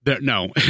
No